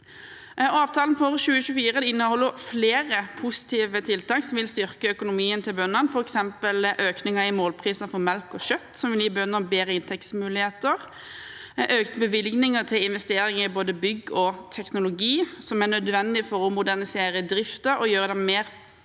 Avtalen for 2024 inneholder flere positive tiltak som vil styrke økonomien til bøndene, f.eks. økningen i målprisene for melk og kjøtt, som vil gi bøndene bedre inntektsmuligheter, og økte bevilgninger til investering i både bygg og teknologi, som er nødvendig for å modernisere driften og gjøre den mer effektiv